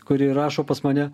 kuri rašo pas mane